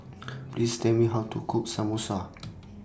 Please Tell Me How to Cook Samosa